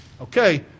okay